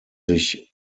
sich